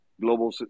global